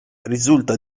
risulta